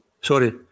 Sorry